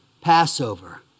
Passover